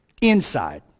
Inside